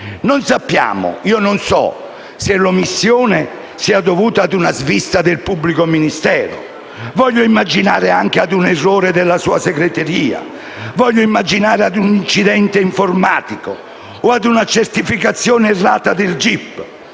Non sappiamo se l'omissione sia dovuta a una svista del pubblico ministero. Voglio immaginare anche un errore della sua segreteria, un incidente informatico o una certificazione errata del gip.